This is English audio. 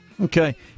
Okay